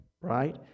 right